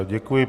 Děkuji.